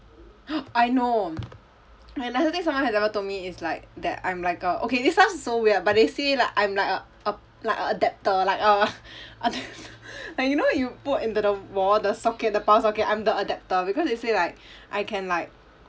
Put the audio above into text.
I know the nicest thing someone has ever told me is like that I'm like a okay it sounds so weird but they say like I'm like a a like a adapter like a like you know you put into the wall the socket the power socket I'm the adapter because they say like I can like